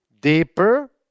deeper